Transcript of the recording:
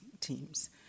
teams